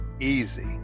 easy